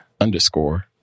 underscore